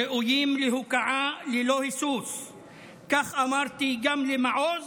ראויים להוקעה ללא היסוס, כך אמרתי גם למעוז